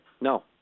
No